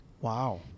Wow